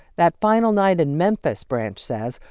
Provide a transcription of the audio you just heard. that final night in memphis, branch says,